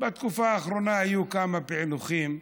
בתקופה האחרונה היו כמה פיענוחים,